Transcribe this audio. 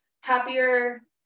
happier